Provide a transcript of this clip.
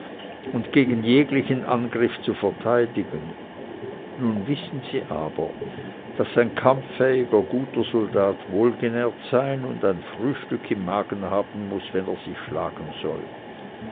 und gegen jeglichen angriff zu verteidigen nun wissen sie aber daß ein kampffähiger guter soldat wohlgenährt sein und ein frühstück im magen haben muß wenn er sich schlagen soll